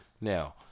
now